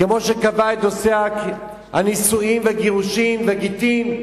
כמו שקבע את נושא הנישואין והגירושין והגיטין,